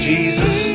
Jesus